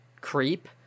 creep